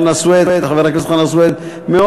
בהוצאה על-פי חוק תהיה הממשלה רשאית להגדיל את הוצאותיה